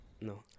No